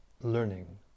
learning